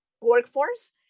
workforce